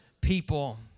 people